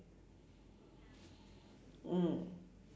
mm